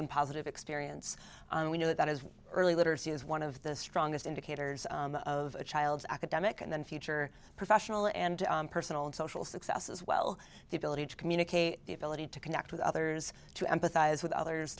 and positive experience and we know that as early literacy is one of the strongest indicators of a child's academic and then future professional and personal and social success as well the ability to communicate the ability to connect with others to empathize with others